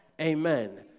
Amen